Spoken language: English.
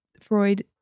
Freud